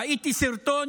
ראיתי סרטון